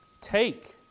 take